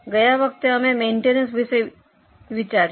ગયી વખત અમે મેઇન્ટેનન્સ વિશે વિચાર્યું